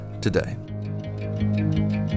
today